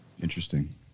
Interesting